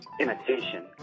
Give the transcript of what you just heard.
Imitation